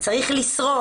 צריך לשרוד.